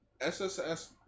SSS